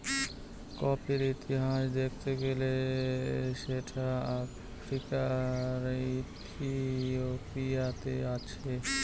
কফির ইতিহাস দেখতে গেলে সেটা আফ্রিকার ইথিওপিয়াতে আছে